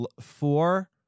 four